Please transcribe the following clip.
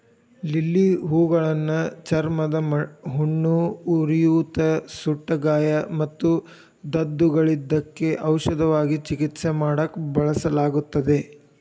lily ಹೂಗಳನ್ನ ಚರ್ಮದ ಹುಣ್ಣು, ಉರಿಯೂತ, ಸುಟ್ಟಗಾಯ ಮತ್ತು ದದ್ದುಗಳಿದ್ದಕ್ಕ ಔಷಧವಾಗಿ ಚಿಕಿತ್ಸೆ ಮಾಡಾಕ ಬಳಸಲಾಗುತ್ತದೆ